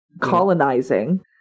colonizing